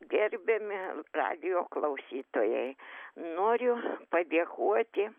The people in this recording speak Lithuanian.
gerbiami radijo klausytojai noriu padėkoti